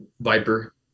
Viper